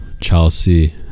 Chelsea